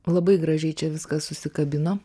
labai gražiai čia viskas susikabino